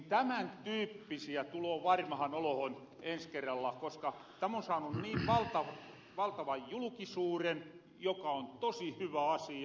tämän tyyppisiä tuloo varmahan olohon ens kerralla koska täm on saanu niin valtavan julkisuuren joka on tosi hyvä asia